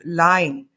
line